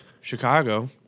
Chicago